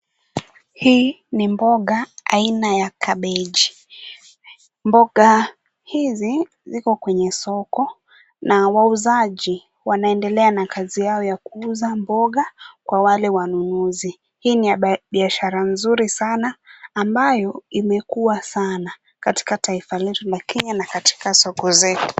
Hii ni mboga aina ya kabeji. Mboga hizi ziko kwenye soko na wauzaji wanaendelea na kazi yao ya kuuza mboga kwa wale wanunuzi. Hii ni biashara mzuri sana ambayo imekuwa sana katika taifa letu la Kenya na katika soko zetu.